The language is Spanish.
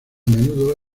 menudo